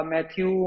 Matthew